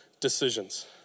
decisions